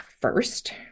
first